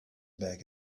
back